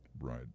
Right